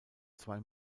zwei